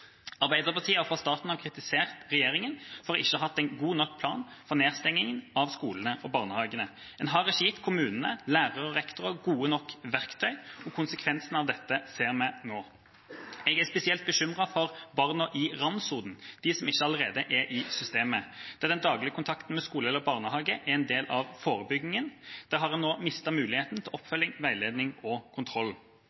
Arbeiderpartiet har fra starten av kritisert regjeringa for ikke å ha hatt en god nok plan for nedstengingen av skolene og barnehagene. En har ikke gitt kommunene, lærere og rektorer gode nok verktøy, og konsekvensen av dette ser vi nå. Jeg er spesielt bekymret for barna i randsonen, de som ikke allerede er i systemet. Der den daglige kontakten med skole eller barnehage er en del av forebyggingen, har en nå mistet muligheten til